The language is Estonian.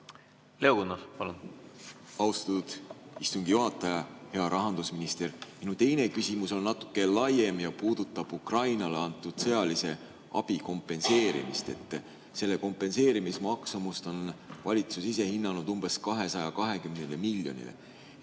Leo Kunnas, palun!